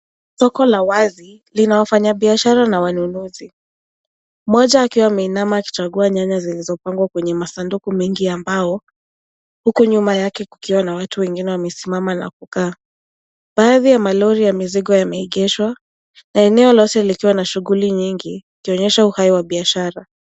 Soko la wazi lina wafanyabiashara na wanunuzi, mmoja akiwa ameinama akichagua nyanya zilizopangwa kwenye masanduku mengi ya mbao, huku nyuma yake kukiwa na watu wengine wamesimama na kukaa. Baadhi ya malori ya mizigo yameegeshwa na eneo lote likiwa na shughuli nyingi ikionyesha uhai wa biashara.